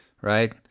Right